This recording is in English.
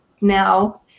now